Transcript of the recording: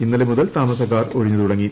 ഈ ഇന്നലെ മുതൽ താമസക്കാർ ഒഴിഞ്ഞുതുടങ്ങി